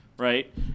Right